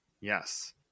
yes